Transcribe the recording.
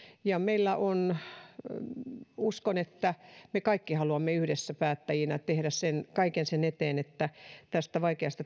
ja uskon että me kaikki haluamme yhdessä päättäjinä tehdä kaiken sen eteen että tästä vaikeasta tilanteesta